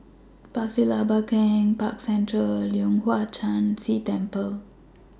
Pasir Laba Camp Park Central and Leong Hwa Chan Si Temple